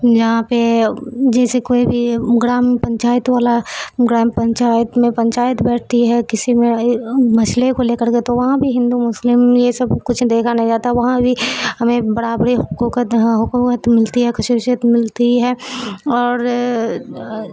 یہاں پہ جیسے کوئی بھی گرام پنچایت والا گرام پنچایت میں پنچایت بیٹھتی ہے کسی میں مسئلے کو لے کر جو تو وہاں بھی ہندو مسلم یہ سب کچھ دیکھا نہیں جاتا ہے وہاں بھی ہمیں برابری حقوق حکومت ملتی ہے خصوصیت ملتی ہے اور